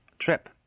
trip